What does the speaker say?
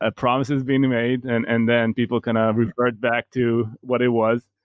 ah promises being made and and then people kind of revert back to what it was.